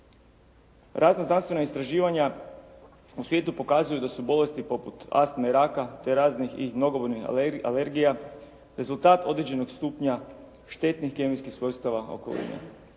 Razna znanstvena istraživanja u svijetu pokazuju da su bolesti poput astme i raka te raznih i mnogobrojnih alergija rezultat određenog stupnja štetnih kemijskih svojstava okoline.